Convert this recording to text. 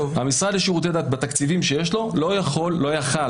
המשרד לשירותי דת בתקציבים שיש לו, לא היה יכול.